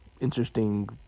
interesting